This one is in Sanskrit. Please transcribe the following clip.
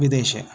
विदेशे